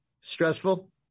Stressful